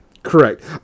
Correct